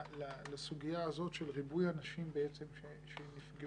לסוגיה הזאת של ריבוי הנשים בעצם שנפגעו.